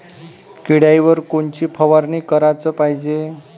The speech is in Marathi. किड्याइवर कोनची फवारनी कराच पायजे?